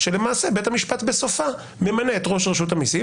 כשלמעשה בית המשפט בסופו ממנה את ראש רשות המיסים,